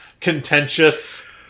contentious